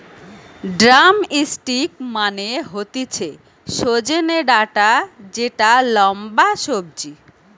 drumstick মানে হতিছে সজনে ডাটা যেটা লম্বা সবজি